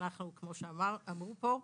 כמו שאמרו פה,